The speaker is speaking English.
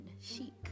chic